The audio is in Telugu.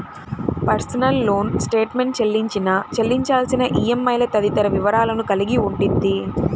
పర్సనల్ లోన్ స్టేట్మెంట్ చెల్లించిన, చెల్లించాల్సిన ఈఎంఐలు తదితర వివరాలను కలిగి ఉండిద్ది